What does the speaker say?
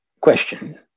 Question